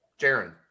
Jaron